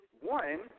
one